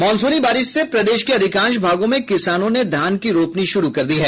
मॉनसूनी बारिश से प्रदेश के अधिकांश भागों में किसानों ने धान की रोपनी शुरू कर दी है